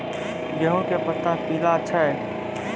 गेहूँ के पत्ता पीला छै?